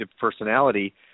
personality